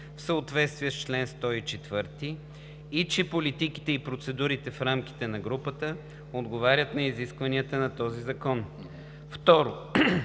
в съответствие с чл. 104 и че политиките и процедурите в рамките на групата отговарят на изискванията на този закон.“ 2.